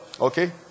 okay